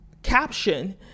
caption